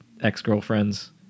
ex-girlfriends